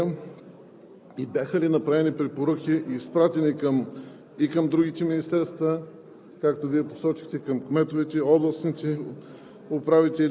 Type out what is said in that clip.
Беше ли направен анализ на рисковете от наводнения и бяха ли направени препоръки, изпратени и към другите министерства,